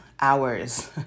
hours